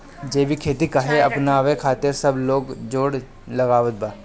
जैविक खेती काहे अपनावे खातिर सब लोग जोड़ लगावत बा?